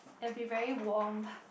and be very warmed